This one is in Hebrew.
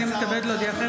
הינני מתכבדת להודיעכם,